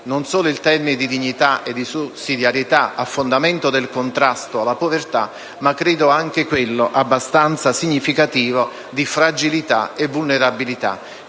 non solo i termini «dignità» e «sussidiarietà» a fondamento del contrasto alla povertà, ma anche quelli, abbastanza significativi, di «fragilità» e «vulnerabilità»